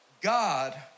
God